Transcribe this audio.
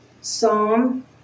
Psalm